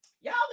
Y'all